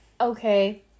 okay